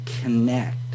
connect